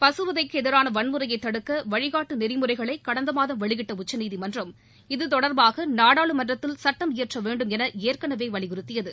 பசுவதைக்கு எதிரான வன்முறையை தடுக்க வழிகாட்டு நெறிமுறைகளை கடந்த மாதம் வெளியிட்ட உச்சநீதிமன்றம் இத்தொடர்பாக நாடாளுமன்றத்தில் சுட்டம் இயற்ற வேண்டும் என ஏற்கனவே வலியுறுத்தியது